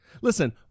Listen